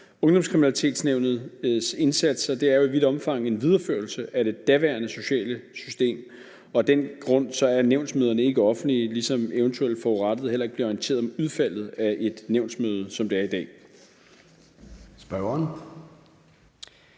Ungdomskriminalitetsnævnets indsatser er jo i vidt omfang en videreførelse af det daværende sociale system, og af den grund er nævnsmøderne ikke offentlige, ligesom eventuelt forurettede heller ikke bliver orienteret om udfaldet af et nævnsmøde, sådan som det er i dag.